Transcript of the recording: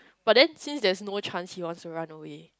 but then since there's no chance he wants to run away